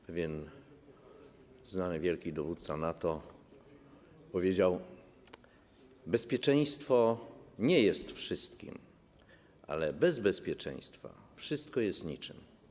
Pewien znany, wielki dowódca NATO powiedział: bezpieczeństwo nie jest wszystkim, ale bez bezpieczeństwa wszystko jest niczym.